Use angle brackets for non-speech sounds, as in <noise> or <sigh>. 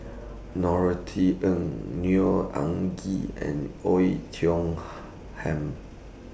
Norothy Ng Neo Anngee and Oei Tiong <noise> Ham